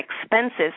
expenses